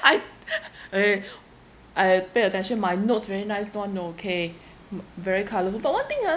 I eh I pay attention my notes very nice [one] you know okay mm very colorful but one thing ah